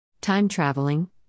Time-traveling